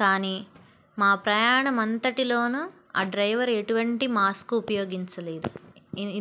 కానీ మా ప్రయాణ మంతటిలోనూ ఆ డ్రైవర్ ఎటువంటి మాస్క్ ఉపయోగించలేదు